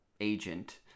agent